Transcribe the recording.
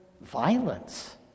violence